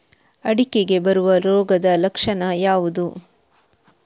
ಅಡಿಕೆಗೆ ಬರುವ ರೋಗದ ಲಕ್ಷಣ ಯಾವುದು?